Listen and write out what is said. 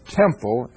temple